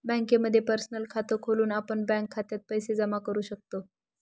बँकेमध्ये पर्सनल खात खोलून आपण बँक खात्यात पैसे जमा करू शकतो